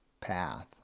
path